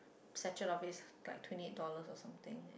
sachet of it was like twenty eight dollars or something